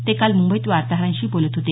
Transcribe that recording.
ते काल मुंबईत वार्ताहरांशी बोलत होते